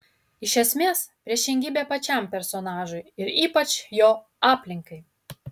iš esmės priešingybė pačiam personažui ir ypač jo aplinkai